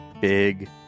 big